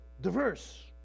diverse